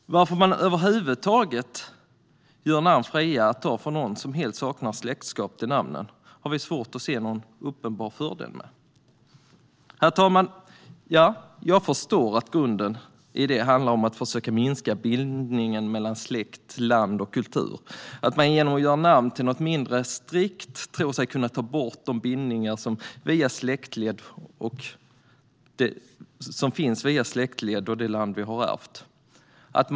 Varför man över huvud taget gör namn fria att ta för någon som helt saknar släktskap till namnet har vi svårt att se någon uppenbar fördel med. Herr talman! Jag förstår att det i grunden handlar om ett försök att minska bindningen mellan släkt, land och kultur - att man genom att göra namn till något mindre strikt tror sig kunna ta bort de bindningar som finns via släktled och det land vi ärvt.